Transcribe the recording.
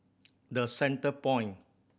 The Centrepoint